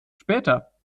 später